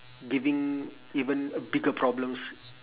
giving even a bigger problems